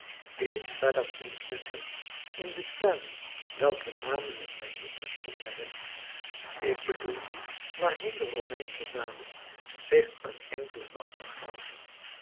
iets verder vindt men hem in de tuinen welker namen ik mij niet terstond herinner ik bedoel die waarheen de romeinsche dames zich een enkelen nacht begaven